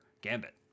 gambit